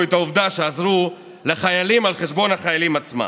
את העובדה שעזרו לחיילים על חשבון החיילים עצמם.